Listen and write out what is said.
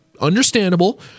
Understandable